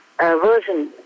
version